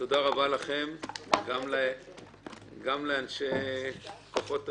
גם לאנשי כוחות הביטחון,